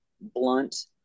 blunt